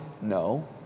No